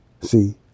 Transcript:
See